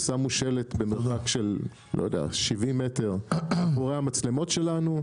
ושמו שלט ענק של 70 מטר מאחורי המצלמות שלנו,